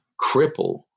cripple